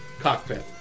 cockpit